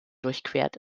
durchquert